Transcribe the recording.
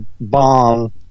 bomb